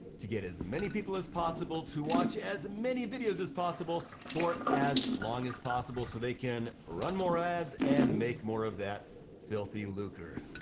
to get as many people as possible to watch as many videos as as possible for as long as possible so they can run more ads and make more of that filthy lucre.